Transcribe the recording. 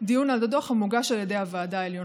דיון על הדוח המוגש על ידי הוועדה העליונה.